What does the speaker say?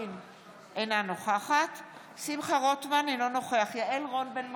אינה נוכחת שמחה רוטמן, אינו נוכח יעל רון בן משה,